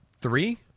three